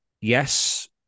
yes